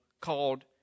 called